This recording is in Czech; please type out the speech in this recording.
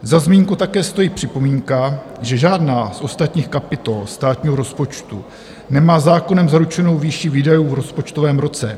Za zmínku také stojí připomínka, že žádná z ostatních kapitol státního rozpočtu nemá zákonem zaručenou výši výdajů v rozpočtovém roce.